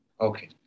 Okay